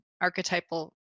archetypal